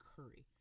Curry